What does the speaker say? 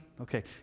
Okay